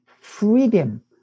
freedom